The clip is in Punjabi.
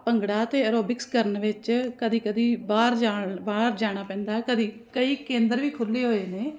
ਭੰਗੜਾ ਅਤੇ ਐਰੋਬਿਕਸ ਕਰਨ ਵਿੱਚ ਕਦੇ ਕਦੇ ਬਾਹਰ ਜਾਣ ਬਾਹਰ ਜਾਣਾ ਪੈਂਦਾ ਕਦੇ ਕਈ ਕੇਂਦਰ ਵੀ ਖੁੱਲ੍ਹੇ ਹੋਏ ਨੇ